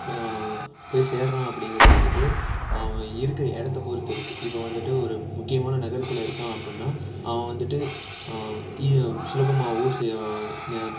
போய் சேர்கிறான் அப்படிங்கிறது வந்துட்டு அவன் இருக்க இடத்த பொறுத்து இருக்குது இப்போ வந்துட்டு ஒரு முக்கியமான நகரத்தில் இருக்கான் அப்புடின்னா அவன் வந்துட்டு ஈ சுலபமாகவும்